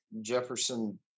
Jefferson